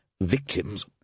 victims